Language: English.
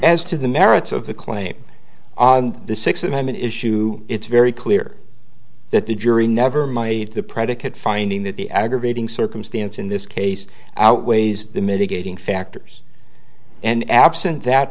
as to the merits of the claim on the sixth amendment issue it's very clear that the jury never made the predicate finding that the aggravating circumstance in this case outweighs the mitigating factors and